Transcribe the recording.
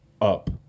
up